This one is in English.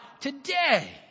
today